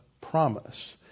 promise